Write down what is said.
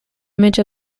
image